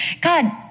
God